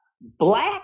Black